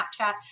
Snapchat